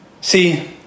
See